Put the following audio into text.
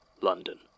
London